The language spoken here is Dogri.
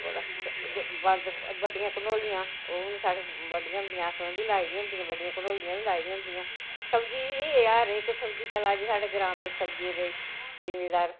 बड़ा बंद बड्डियां कंडोलियां ओह् न साढ़ै बड़ियां होंदियां असें ओह् बी लाई दियां होंदियां बड्डियां कंडोलियां बी लाई दियां होंदियां सब्जी हर इक सब्ज़ी चला दी साढ़ै ग्रांऽ बिच्च सब्ज़ी जिमींदार